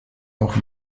auch